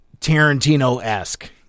Tarantino-esque